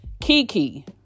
kiki